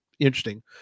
interesting